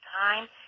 time